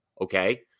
Okay